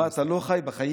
מה, אתה לא חי בחיים?